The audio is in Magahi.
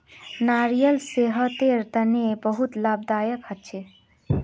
नारियाल सेहतेर तने बहुत लाभदायक होछे